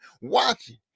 watching